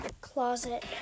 closet